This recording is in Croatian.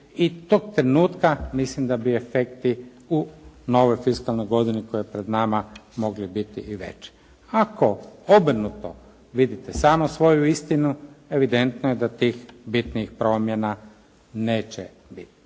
i tog trenutka mislim da bi efekti u novoj fiskalnoj godini koja je pred nama mogli biti i veći. Ako obrnuto vidite samo svoju istinu evidentno je da tih bitnih promjena neće biti.